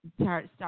start